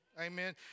amen